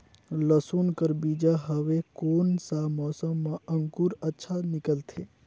लसुन कर बीजा हवे कोन सा मौसम मां अंकुर अच्छा निकलथे?